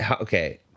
Okay